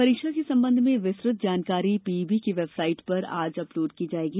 परीक्षा के संबंध में विस्तृत जानकारी पीईबी के वेबसाइट पर आज अपलोड की जाएगी